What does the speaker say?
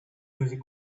music